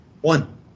one